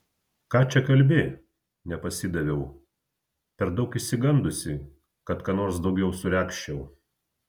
ką čia kalbi nepasidaviau per daug išsigandusi kad ką nors daugiau suregzčiau